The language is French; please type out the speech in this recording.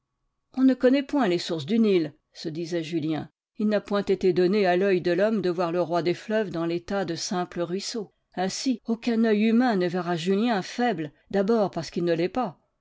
on ne connaît point les sources du nil se disait julien il n'a point été donné à l'oeil de l'homme de voir le roi des fleuves dans l'état de simple ruisseau ainsi aucun oeil humain ne verra julien faible d'abord parce qu'il ne l'est pas